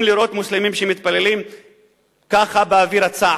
לראות מוסלמים שמתפללים ככה באוויר הצח.